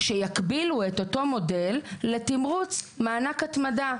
שיקבלו את אותו מודל לתמרוץ מענק התמדה,